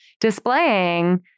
displaying